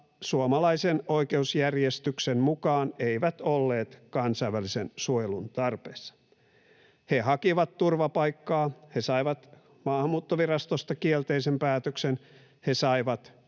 suomalaisen oikeusjärjestyksen mukaan eivät olleet kansainvälisen suojelun tarpeessa. He hakivat turvapaikkaa, he saivat Maahanmuuttovirastosta kielteisen päätöksen, he saivat